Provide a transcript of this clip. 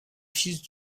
fils